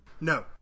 No